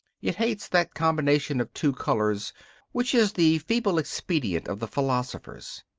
it hates that combination of two colours which is the feeble expedient of the philosophers.